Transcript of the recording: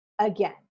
again